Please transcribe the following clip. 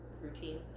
routine